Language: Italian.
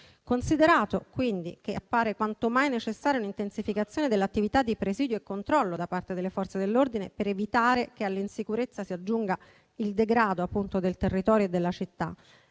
Considerato che appare quanto mai necessaria l'intensificazione dell'attività di presidio e controllo da parte delle Forze dell'ordine, per evitare che all'insicurezza si aggiunga il degrado del territorio e della città,